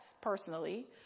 personally